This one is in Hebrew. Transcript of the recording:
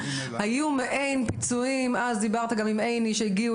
היו מעין פיצויים ואז שדיברת גם עיני שחלו